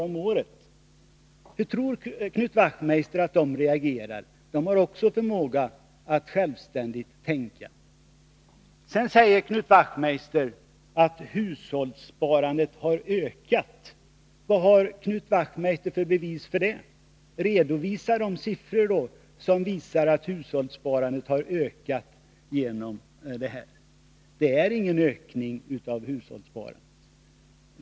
Hur tror Knut Wachtmeister att de reagerar? De har också förmåga att tänka självständigt. Sedan säger Knut Wachtmeister att hushållssparandet har ökat. Vad har Knut Wachtmeister för bevis för det? Redovisa de siffror som bevisar att hushållssparandet har ökat genom skattesparandet! Det har inte skett någon ökning av hushållssparandet.